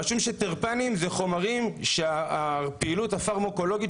רשום שטרפנים הם חומרים שהפעילות הפרמקולוגית